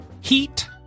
heat